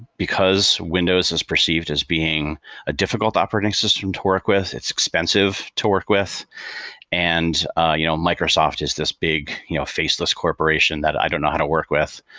because windows is perceived as being a difficult operating system to work with, it's expensive to work with and ah you know microsoft is this big faceless corporation that i don't know how to work with.